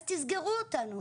אז תסגרו אותנו,